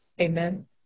Amen